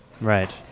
right